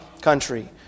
country